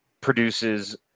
produces